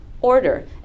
order